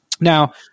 Now